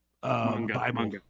Bible